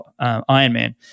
Ironman